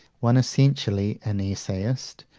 one essentially an essayist,